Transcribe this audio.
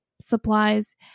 supplies